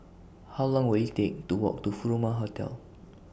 How Long Will IT Take to Walk to Furama Hotel